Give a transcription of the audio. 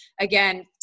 again